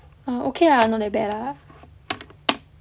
err okay lah not that bad lah